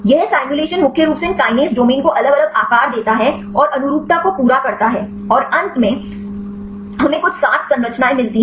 यह सिमुलेशन मुख्य रूप से इन काइनेज डोमेन को अलग अलग आकार देता है और अनुरूपता को पूरा करता है और अंत में हमें कुछ 7 संरचनाएं मिलती हैं